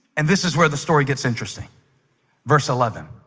and this is where the story gets interesting verse eleven,